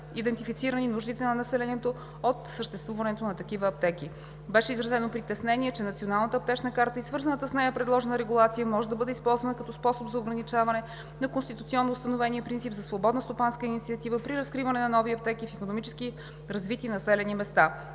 идентифицирани нуждите на населението от съществуването на такива аптеки. Беше изразено притеснение, че Националната аптечна карта и свързаната с нея предложена регулация може да бъде използвана като способ за ограничаване на конституционно установения принцип за свободна стопанска инициатива при разкриване на нови аптеки в икономически развити населени места.